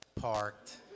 parked